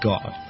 God